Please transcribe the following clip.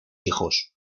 hijos